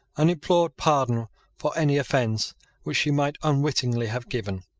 and implored pardon for any offence which she might unwittingly have given.